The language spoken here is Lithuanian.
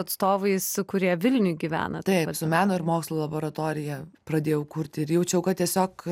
atstovais kurie vilniuj gyvena taip su meno ir mokslo laboratorija pradėjau kurti ir jaučiau kad tiesiog